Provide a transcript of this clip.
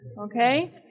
Okay